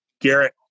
Garrett